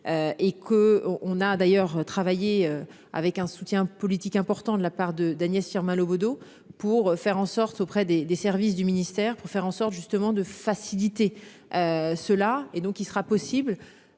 Et que on a d'ailleurs travaillé avec un soutien politique important de la part de d'Agnès Firmin Le Bodo, pour faire en sorte auprès des des services du ministère pour faire en sorte justement de faciliter. Cela et donc il sera possible